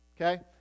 Okay